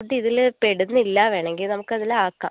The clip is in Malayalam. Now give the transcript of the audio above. ഫുഡ് ഇതിൽ പെടുന്നില്ല വേണമെങ്കിൽ നമുക്ക് അതിൽ ആക്കാം